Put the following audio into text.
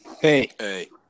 hey